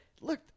look